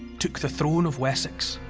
took the throne of wessex.